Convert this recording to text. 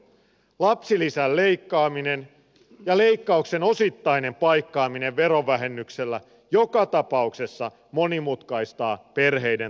lapsilisän leikkaaminen ja leikkauksen osittainen paikkaaminen verovähennyksellä joka tapauksessa monimutkaistaa perheiden tukea